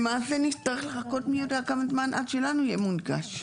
למעשה נצטרך לחכות מי יודע כמה זמן עד שלנו יהיה מונגש.